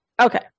okay